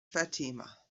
fatima